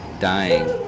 dying